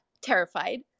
terrified